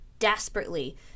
desperately